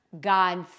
God's